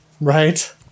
right